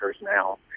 now